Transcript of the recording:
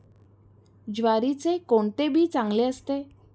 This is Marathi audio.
ज्वारीचे कोणते बी चांगले असते?